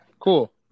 cool